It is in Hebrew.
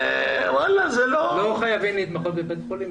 בגריאטריה לא חייבים להתמחות בבית חולים.